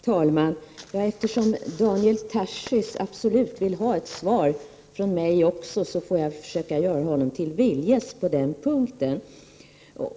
Herr talman! Eftersom Daniel Tarschys absolut vill ha ett svar från mig också får jag försöka göra honom till viljes på den punkten.